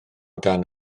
dan